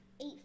Eight